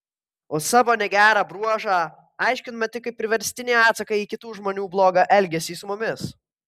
o savo negerą bruožą aiškiname tik kaip priverstinį atsaką į kitų žmonių blogą elgesį su mumis